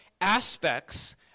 aspects